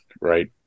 Right